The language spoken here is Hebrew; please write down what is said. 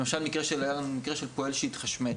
למשל, היה לנו מקרה של פועל שהתחשמל.